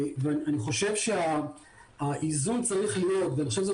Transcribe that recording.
אני חושב שהאיזון צריך להיות ואני חושב שזאת